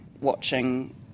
watching